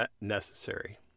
necessary